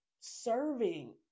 serving